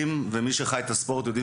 ומי שחי את הספורט יודע,